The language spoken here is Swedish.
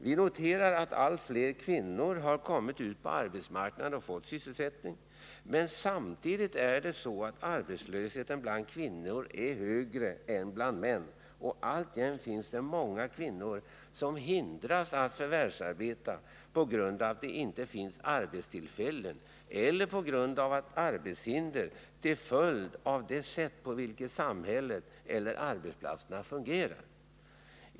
Vi noterar att allt fler kvinnor har kommit ut på arbetsmarknaden och fått sysselsättning. Men samtidigt är det så att arbetslösheten bland kvinnor är högre än bland män, och alltjämt finns det många kvinnor som hindras att förvärvsarbeta på grund av att det inte finns arbetstillfällen eller på grund av arbetshinder till följd av det sätt på vilket samhället eller arbetsplatserna fungerar.